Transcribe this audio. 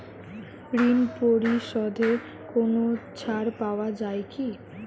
ঋণ পরিশধে কোনো ছাড় পাওয়া যায় কি?